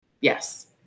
Yes